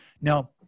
now